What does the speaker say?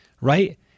right